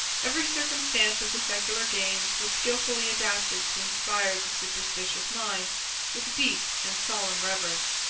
every circumstance of the secular games was skillfully adapted to inspire the superstitious mind with deep and solemn reverence.